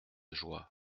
joie